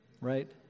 right